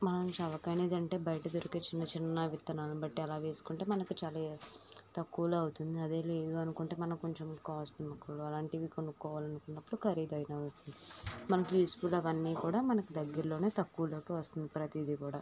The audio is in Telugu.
మనం చవకైనది అంటే బయట దొరికే చిన్న చిన్న విత్తనాలనుబట్టి అలా వేసుకుంటే మనకి చాలా తక్కువలో అవుతుంది అదే లేదు అనుకుంటే మనం కొంచెం కాస్ట్లీ ముక్కలు అలాంటివి కొనుక్కోవాలన్నప్పుడు ఖరీదైనవి మనకి యూజ్ఫుల్ అవన్నీ కూడా మనకి దగ్గరలోనే తక్కువలోకే వస్తుంది ప్రతీదీ కూడా